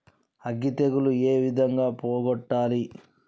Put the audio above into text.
అగ్గి తెగులు ఏ విధంగా పోగొట్టాలి?